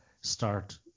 start